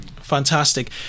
Fantastic